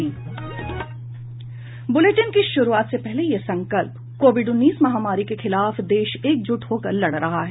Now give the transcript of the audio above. bulletin की शुरूआत से पहले ये संकल्प कोविड उन्नीस महामारी के खिलाफ देश एकजुट होकर लड़ रहा है